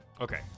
Okay